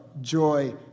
joy